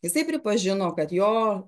jisai pripažino kad jo